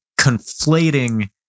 conflating